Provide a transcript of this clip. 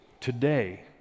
Today